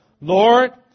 Lord